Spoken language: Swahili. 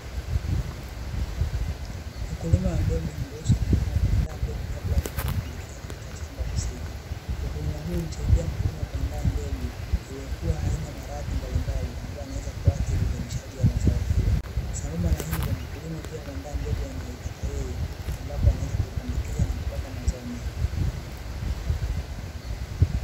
Ukulima wa mbegu humruhusu mkulima kuandaa mbegu kabla ya kwenda kupandikiza katika shamba husika, ukulima huu humsaidia mkulima kuandaa mbegu iliyokuwa haina maradhi mbalimbali ambayo inaweza kuathiri uvunishaji wa zao hilo. Sambamba na hilo mkulima pia huandaa mbegu anayoitaka yeye ambapo anaweza kuipandikiza na kupata mazao mengi.